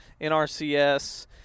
NRCS